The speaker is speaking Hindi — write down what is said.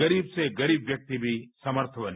गरीब से गरीब व्यक्ति भी समर्थ बने